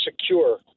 secure